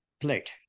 plate